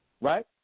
Right